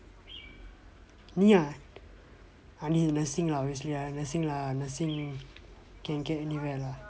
ngee ann ah ngee ann nursing obviously lah nursing can get anywhere lah